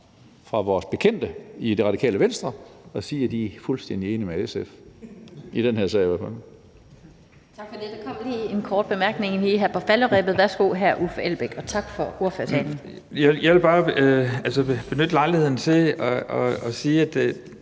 fra vores bekendte i Radikale Venstre og sige, at de er fuldstændig enige med SF – i den her sag i hvert fald.